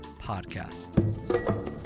podcast